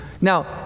Now